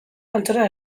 altxorrak